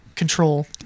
control